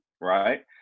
right